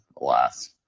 Alas